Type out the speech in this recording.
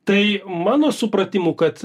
tai mano supratimu kad